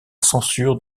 censure